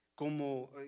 Como